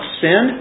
sin